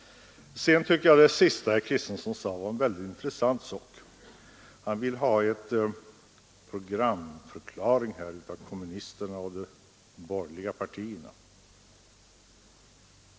Det senaste herr Kristenson sade tycker jag var en väldigt intressant sak. Han vill ha en programförklaring av kommunisterna och de borgerliga partierna.